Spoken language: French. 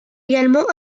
également